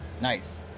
Nice